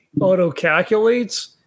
auto-calculates